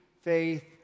faith